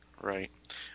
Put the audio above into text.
Right